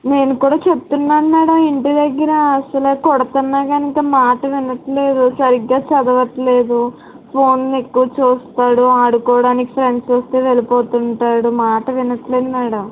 నేను కూడా చెప్తున్నాను మేడం ఇంటిదగ్గర అసల కొడతన్నాకనుక మాట వినట్లేదు సరిగ్గా చదవట్లేదు ఫోన్లెక్కువ చూస్తాడు ఆడుకోవడానికి ఫ్రెండ్స్ వస్తే వెళ్ళిపోతుంటాడు మాట వినట్లేదు మేడం